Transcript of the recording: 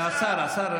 קצת לא הרבה.